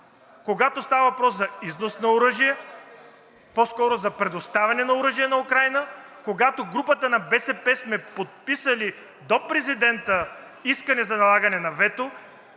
когато става въпрос за износ на оръжие, по-скоро за предоставяне на оръжие на Украйна, когато групата на БСП сме подписали до президента искане за налагане на вето.